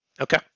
okay